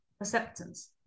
acceptance